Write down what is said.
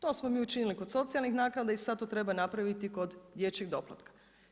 To smo mi učinili kod socijalnih naknada i sad to treba napraviti kod dječjeg doplatka.